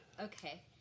Okay